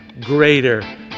greater